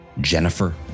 Jennifer